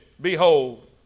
Behold